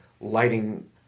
lighting